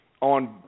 on